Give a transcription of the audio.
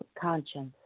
conscience